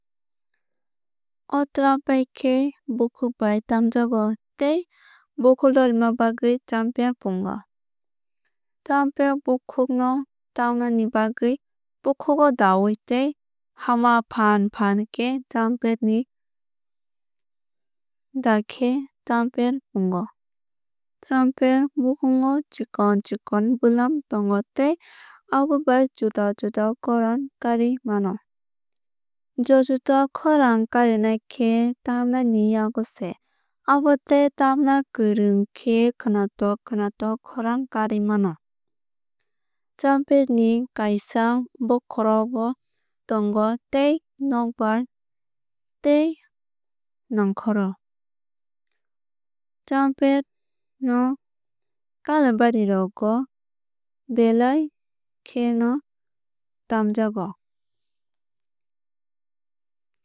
O trumpet khe bukhukbai tamjago tei bukhuk lorima bagwui trumpet pungo. Trumpet bukhuk no tamnai ni bukhuk o daui tei hama fan fan khe trumpet ni mukhugo dakhe abo pungo. Trumpet bokong o chikon chikon bwlam tongo tei abobai juda juda khorang kariui mano. Juda juda khorang karina khe tamnaini yago se abo tei tamna kwrwung khe khwnatok khwnatok khorang kariui mano. Trumpet ni kaisa bokhorok bo tongo tei nokbar tei khorang nongkhoro. Trumpet no kailaibari rokgo belai khe no tamjago.